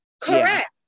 Correct